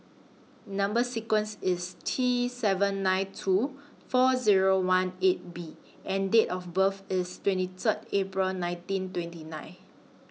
Number sequence IS T seven nine two four Zero one eight B and Date of birth IS twenty Third April nineteen twenty nine